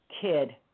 kid